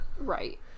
right